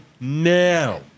now